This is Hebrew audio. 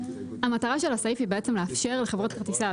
המטרה של הסעיף היא בעצם לאפשר לחברות כרטיסי אשראי,